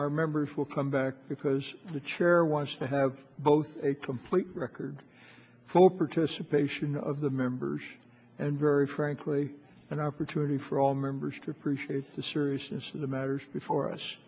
our members will come back because the chair wants to have both a complete record for protest a patient of the members and very frankly an opportunity for all members to appreciate the seriousness of the matters before us